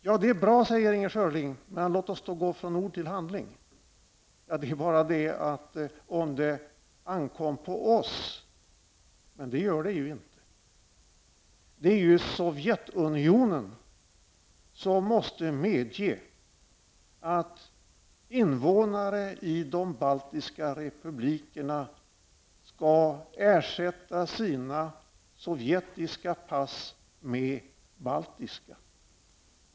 Då säger Inger Schörling att detta ju är bra, men låt oss gå från ord till handling. Men det ankommer inte på oss. Det är Sovjetunionen som måste medge att innevånare i de baltiska republikerna skall ersätta sina sovjetiska pass med baltiska.